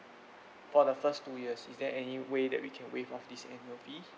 for the first two years is there any way that we can waive off this annual fee